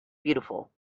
beautiful